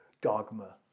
dogma